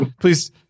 please